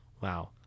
wow